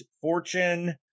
Fortune